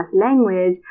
language